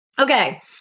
Okay